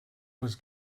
was